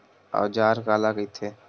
औजार काला कइथे?